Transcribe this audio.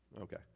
okay